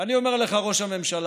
ואני אומר לך, ראש הממשלה,